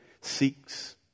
seeks